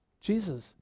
Jesus